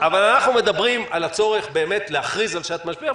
אבל אנחנו מדברים על הצורך באמת להכריז על שעת משבר,